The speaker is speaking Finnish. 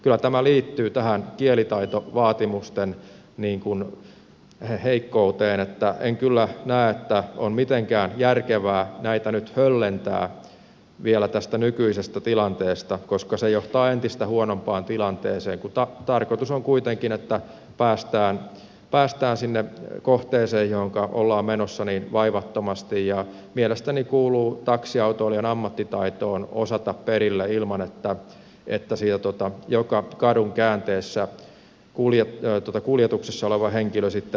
kyllä tämä liittyy tähän kielitaitovaatimusten heikkouteen niin että en kyllä näe että on mitenkään järkevää näitä nyt höllentää vielä tästä nykyisestä tilanteesta koska se johtaa entistä huonompaan tilanteeseen kun tarkoitus on kuitenkin että päästään sinne kohteeseen johonka ollaan menossa vaivattomasti ja mielestäni kuuluu taksiautoilijan ammattitaitoon osata perille ilman että sinne joka kadun käänteessä kuljetuksessa oleva henkilö sitten ohjaa